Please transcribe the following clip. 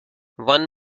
one